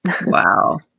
wow